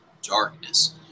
darkness